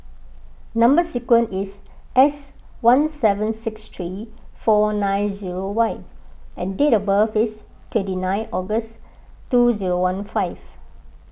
Number Sequence is S one seven six three four nine zero Y and date of birth is twenty nine August two zero one five